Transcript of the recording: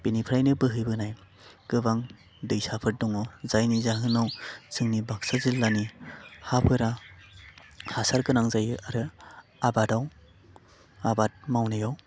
बेनिफ्रायनो बोहैबोनाय गोबां दैसाफोर दङ जायनि जाहोनाव जोंनि बाक्सा जिल्लानि हाफोरा हासार गोनां जायो आरो आबादाव आबाद मावनायाव